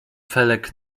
felek